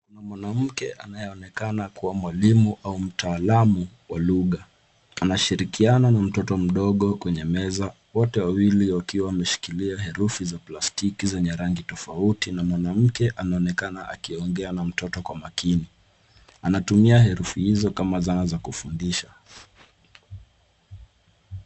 Kuna mwanamke anayeonekana kuwa mwalimu au mtaalamu wa lugha. Anashirikiana pamoja na mtoto mdogo kwenye meza, wote wawili wakiwa wameshikilia herufi za plastiki zenye rangi tofauti na mwanamke anaonekana akiongea na mtoto kwa makini. Anatumia herufi hizo kama zana za kufundisha.